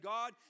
God